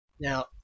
Now